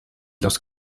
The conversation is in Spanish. los